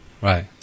Right